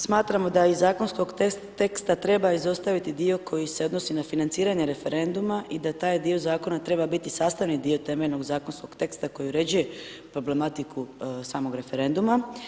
Smatramo da je iz zakonskog teksta treba izostaviti dio koji se odnosi na financiranje referenduma i da taj dio zakona treba biti sastavni dio temeljnog zakonskog teksta koji uređuje problematiku samog referenduma.